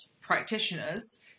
practitioners